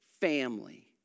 family